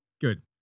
Good